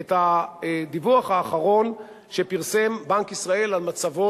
את הדיווח האחרון שפרסם בנק ישראל על מצבו